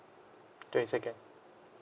twenty second